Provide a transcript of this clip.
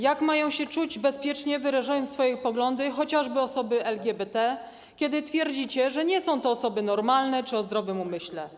Jak mają się czuć bezpiecznie, wyrażając swoje poglądy, chociażby osoby LGBT, kiedy twierdzicie, że nie są to osoby normalne czy o zdrowym umyśle?